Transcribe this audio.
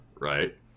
right